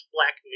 Black